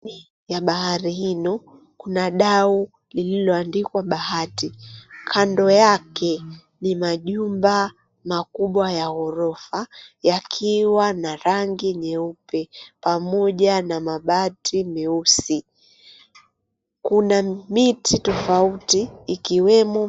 Ya bahari yenu kuna dau lililoandikwa Bahati. Kando yake ni majumba makubwa ya ghorofa yakiwa na rangi nyeupe pamoja na mabati meusi. Kuna miti tofauti ikiwemo.